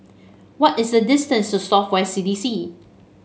what is the distance to South West C D C